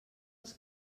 els